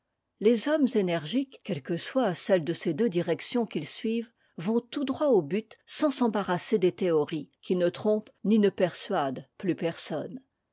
les hommes énergiques quelle que soit celle de ces deux directions qu'ils suivent vont tout droit au but sans s'embarrasser des théories qui ne trompent ni ne persuadent plus personne